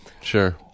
Sure